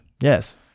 Yes